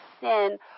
sin